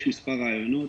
יש מספר רעיונות.